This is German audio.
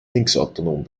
linksautonom